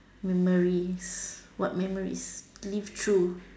memories what memories live through